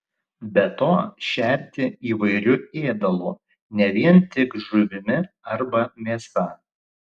be to šerti įvairiu ėdalu ne vien tik žuvimi arba mėsa